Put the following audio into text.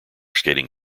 skating